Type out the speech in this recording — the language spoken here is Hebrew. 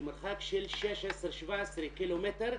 במרחק של 17-16 קילומטר,